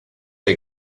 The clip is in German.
der